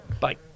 Bye